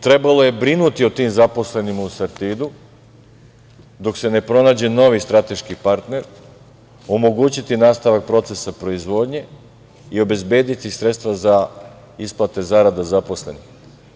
Trebalo je brinuti o tim zaposlenima u „Sartidu“ dok se ne pronađe novi strateški partner, omogućiti nastavak procesa proizvodnje i obezbediti sredstva za isplate zarade zaposlenima.